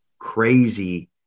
Crazy